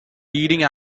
leading